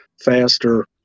faster